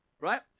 Right